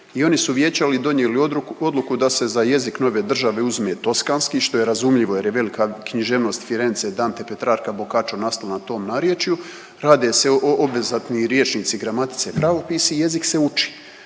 i oni su vijećali i donijeli odluku da se za jezik nove države uzme toskanski što je razumljivo jer je velika književnost Firence i Dante, Petrarca, Boccaccio nastao na tom narječju, rade se obvezatni rječnici, gramatice, pravopisi i jezik se uči.